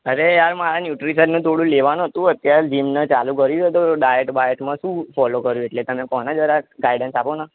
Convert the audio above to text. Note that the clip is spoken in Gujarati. અરે યાર મારા ન્યૂટ્રિશનનું થોડું લેવાનું હતું અત્યારે જિમને ચાલુ કર્યું છે તો ડાયટ બાયટમાં શુ ફોલો કરું એટલે તમે કહોને જરાક ગાઈડન્સ આપોને